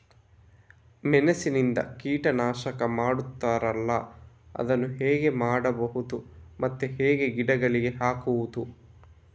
ಮೆಣಸಿನಿಂದ ಕೀಟನಾಶಕ ಮಾಡ್ತಾರಲ್ಲ, ಅದನ್ನು ಹೇಗೆ ಮಾಡಬಹುದು ಮತ್ತೆ ಹೇಗೆ ಗಿಡಗಳಿಗೆ ಹಾಕುವುದು?